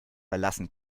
verlassen